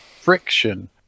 friction